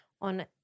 on